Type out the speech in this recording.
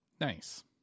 Nice